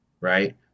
Right